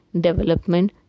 development